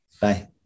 Bye